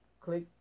click